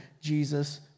Jesus